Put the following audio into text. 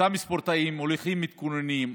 אותם ספורטאים מתכוננים,